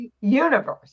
universe